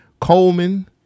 Coleman